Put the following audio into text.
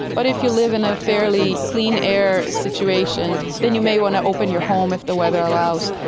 but if you live in a fairly clean air situation, then you may want to open your home if the weather allows.